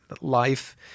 life